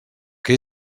que